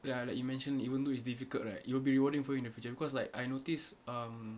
ya like you mentioned even though it's difficult right it will be rewarding for you in the future because like I notice um